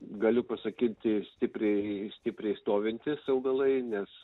galiu pasakyti stipriai stipriai stovintys augalai nes